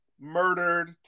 murdered